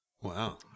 Wow